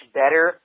better